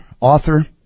author